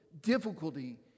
difficulty